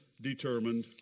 determined